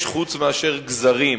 יש חוץ מאשר גזרים